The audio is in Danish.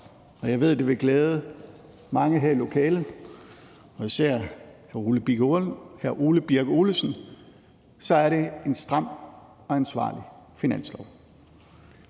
og jeg ved, det vil glæde mange i det her lokale, især hr. Ole Birk Olesen – et stramt og ansvarligt finanslovsforslag.